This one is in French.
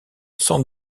sans